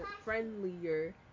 friendlier